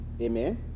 amen